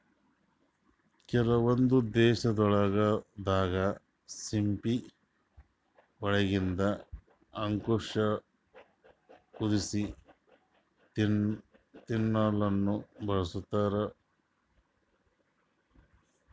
ಕೆಲವೊಂದ್ ದೇಶಗೊಳ್ ದಾಗಾ ಸಿಂಪಿ ಒಳಗಿಂದ್ ಅಂಗಾಂಶ ಕುದಸಿ ತಿಲ್ಲಾಕ್ನು ಬಳಸ್ತಾರ್